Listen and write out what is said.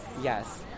Yes